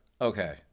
Okay